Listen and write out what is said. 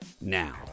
Now